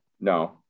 no